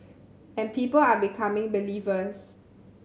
and people are becoming believers